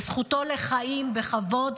בזכותו לחיים בכבוד,